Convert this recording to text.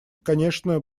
конечно